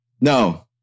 no